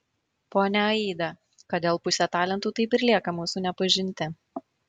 ponia aida kodėl pusė talentų taip ir lieka mūsų nepažinti